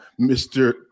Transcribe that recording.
Mr